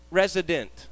resident